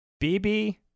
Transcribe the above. BB